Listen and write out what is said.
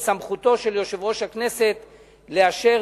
שלפיו סמכותו של יושב-ראש הכנסת לאשר